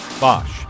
Bosch